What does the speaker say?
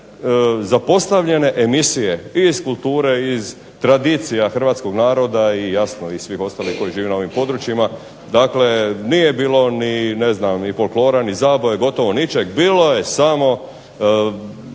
zapostavljene emisije iz kulture, iz tradicija hrvatskog naroda i jasno i svih ostalih koji žive na ovim područjima. Dakle, nije bilo ne znam ni folklora, ni zabave, gotovo ničega, bilo je samo